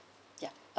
ya uh